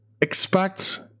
expect